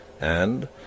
and